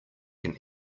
can